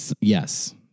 Yes